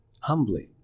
humbly